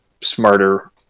smarter